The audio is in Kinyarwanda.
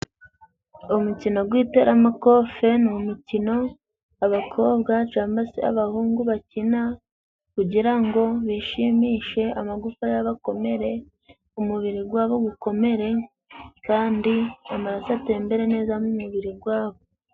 Umukino gw'iteramakofe ni umukino abakobwa camba se abahungu bakina kugira ngo bishimishe. Amagufwa yabo akomere, umubiri gwabo gukomere kandi amaraso atembere neza mu mubiri gwabo.